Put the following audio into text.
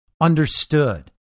understood